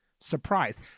surprise